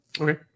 Okay